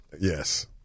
Yes